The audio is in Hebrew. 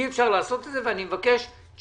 אי אפשר לעשות את זה ואני מבקש תשובה.